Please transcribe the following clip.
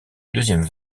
deuxième